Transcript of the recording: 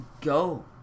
go